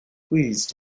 please